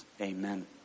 Amen